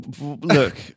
Look